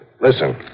Listen